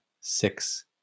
six